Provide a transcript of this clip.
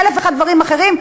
לאלף ואחד דברים אחרים,